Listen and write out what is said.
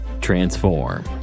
Transform